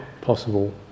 possible